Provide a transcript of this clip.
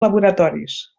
laboratoris